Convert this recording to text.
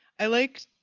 i like